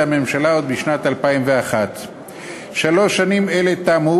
הממשלה עוד בשנת 2001. שלוש שנים אלה תמו,